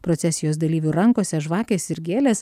procesijos dalyvių rankose žvakės ir gėlės